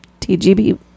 TGB